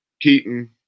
Keaton